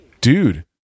dude